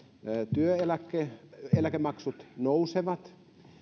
työeläkemaksut nousevat